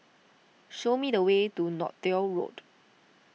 show me the way to Northolt Road